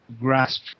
grasp